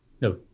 no